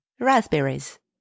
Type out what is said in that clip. raspberries